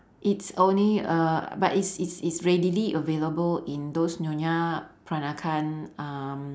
it's only uh but it's it's it's readily available in those nyonya peranakan um